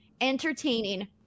entertaining